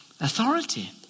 authority